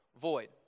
void